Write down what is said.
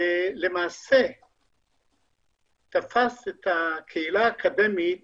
ותפס את הקהילה האקדמית